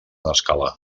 escala